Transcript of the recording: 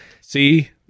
See